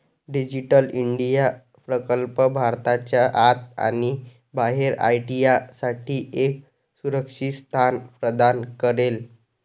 digital India प्रकल्प भारताच्या आत आणि बाहेर आय.टी साठी एक सुरक्षित स्थान प्रदान करेल